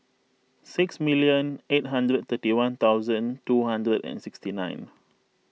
six million eight hundred and thirty one two hundred and sixty nine